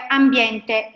ambiente